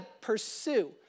pursue